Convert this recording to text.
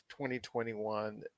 2021